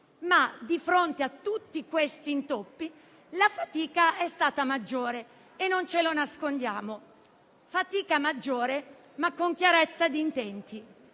Ma, di fronte a tutti questi intoppi, la fatica è stata maggiore e non ce lo nascondiamo. Fatica maggiore, ma con chiarezza di intenti.